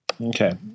okay